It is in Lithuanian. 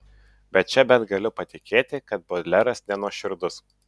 bet čia bent galiu patikėti kad bodleras nenuoširdus